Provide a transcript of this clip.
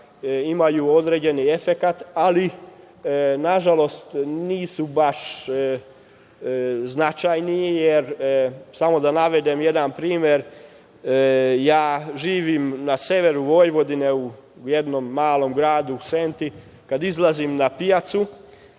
imaju određeni efekat, ali nažalost nisu baš značajne. Samo da navedem jedan primer, ja živim na severu Vojvodine u jednom malom gradu, u Senti, kad izlazim na pijacu